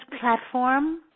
platform